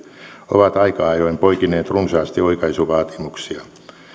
ovat aika ajoin poikineet runsaasti oikaisuvaatimuksia nimenomaan